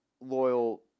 loyal